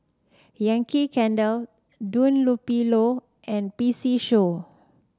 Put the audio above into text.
Yankee Candle Dunlopillo and P C Show